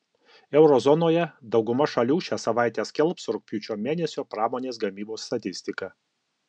euro zonoje dauguma šalių šią savaitę skelbs rugpjūčio mėnesio pramonės gamybos statistiką